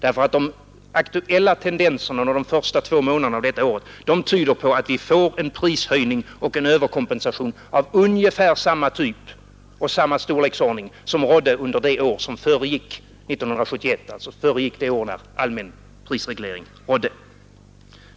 De aktuella tendenserna under de första två månaderna detta år tyder på att vi får en prishöjning och en överkompensation av ungefär samma typ och samma storleksordning som rådde under det år som föregick 1971, det år då allmän prisreglering rådde.